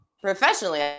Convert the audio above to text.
professionally